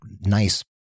nice